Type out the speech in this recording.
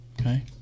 Okay